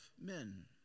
men